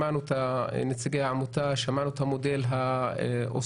שמענו את נציגי העמותה, שמענו על המודל האוסטרלי,